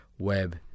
web